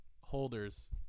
holders